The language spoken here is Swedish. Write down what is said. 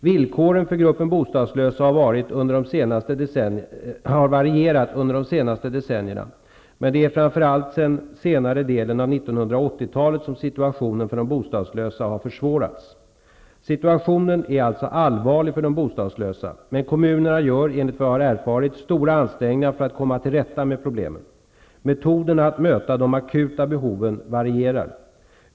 Villkoren för gruppen bostadslösa har varierat under de senaste decennierna, men det är framför allt sedan senare delen av 1980-talet som situationen för de bostadslösa har försvårats. Situationen är alltså allvarlig för de bostadslösa, men kommunerna gör, enligt vad jag erfarit, stora ansträngningar för att komma till rätta med problemen. Metoderna att möta de akuta behoven varierar.